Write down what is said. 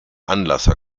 anlasser